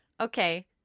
okay